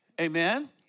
Amen